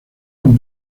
con